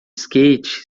skate